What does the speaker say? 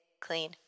Clean